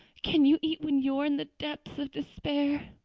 can you eat when you are in the depths of despair?